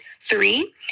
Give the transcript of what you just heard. three